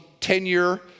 tenure